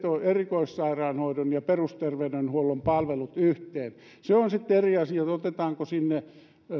erikoissairaanhoidon ja perusterveydenhuollon palvelut yhteen se on sitten eri asia otetaanko sinne